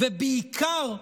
ובעיקר,